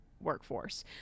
workforce